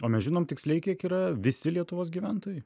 o mes žinom tiksliai kiek yra visi lietuvos gyventojai